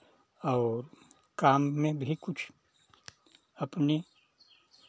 और काम में भी कुछ अपने